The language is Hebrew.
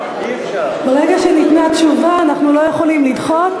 ברגע שניתנה תשובה אנחנו לא יכולים לדחות,